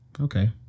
Okay